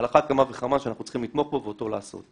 על אחת כמה וכמה שאנחנו צריכים לתמוך בו ואותו לעשות.